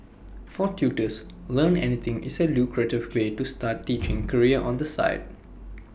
for tutors Learn Anything is A lucrative way to start teaching career on the side